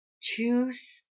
choose